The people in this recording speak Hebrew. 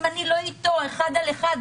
אם אני לא איתו אחד על אחד,